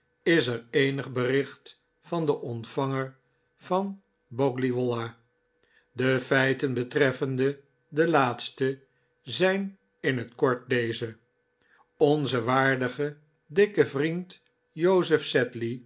is er eenig bericht van den ontvanger van boggley wollah de feiten betreffende den laatste zijn in het kort deze onze waardige dikke vriend joseph